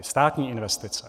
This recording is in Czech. Státní investice.